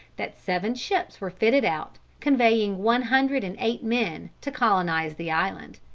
that seven ships were fitted out, conveying one hundred and eight men, to colonise the island.